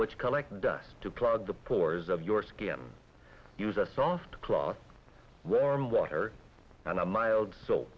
which collect dust to clog the pores of your skin use a soft cloth warm water and a mild so